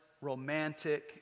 romantic